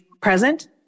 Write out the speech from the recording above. present